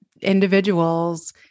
individuals